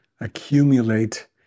accumulate